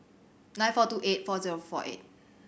nine four two eight four zero four eight